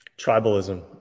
tribalism